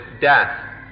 death